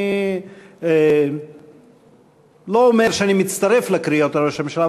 אני לא אומר שאני מצטרף לקריאות לראש הממשלה,